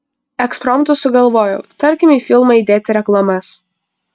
ekspromtu sugalvojau tarkim į filmą įdėti reklamas